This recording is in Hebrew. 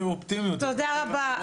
זהו.